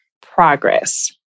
progress